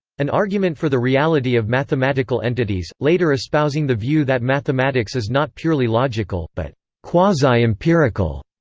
an argument for the reality of mathematical entities, later espousing the view that mathematics is not purely logical, but quasi-empirical.